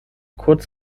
kurz